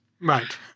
right